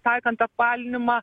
taikant apvalinimą